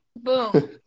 boom